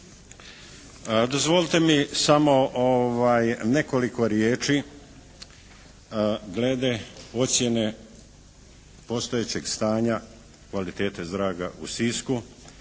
Dozvolite mi samo nekoliko riječi glede ocjene postojećeg stanja kvalitete zraka u Sisku.